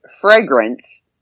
fragrance